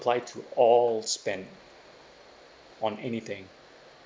~ply to all spend~ on anything